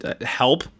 help